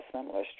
similar